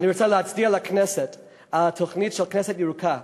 אני רוצה להצדיע לכנסת על התוכנית "כנסת ירוקה",